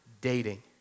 dating